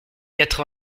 quatre